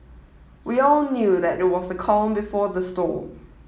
we all knew that it was the calm before the storm